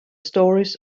stories